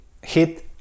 hit